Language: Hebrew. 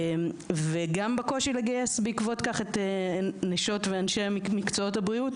וגם בקושי לגייס בעקבות כך את נשות ואנשי מקצועות הבריאות,